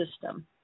system